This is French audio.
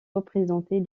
représentait